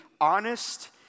honest